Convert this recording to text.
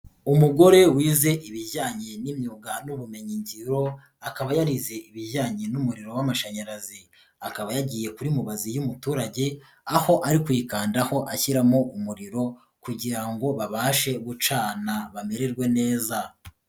Umugore wize ibijyanye n'imyuga n'ubumenyigiro, akaba yarize ibijyanye n'umuriro w'amashanyarazi. Akaba yagiye kuri mubazi y'umuturage, aho ari kuyikandaho ashyiramo umuriro kugira ngo babashe gucana bamererwe neza.